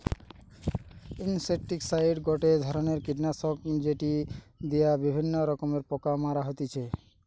insecticide গটে ধরণের কীটনাশক যেটি দিয়া বিভিন্ন রকমের পোকা মারা হতিছে